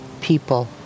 people